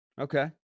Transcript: okay